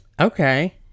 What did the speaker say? Okay